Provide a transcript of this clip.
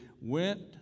went